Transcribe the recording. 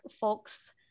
folks